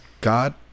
God